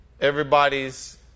Everybody's